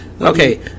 Okay